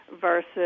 versus